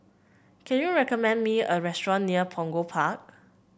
can you recommend me a restaurant near Punggol Park